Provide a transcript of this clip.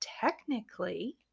technically